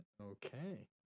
okay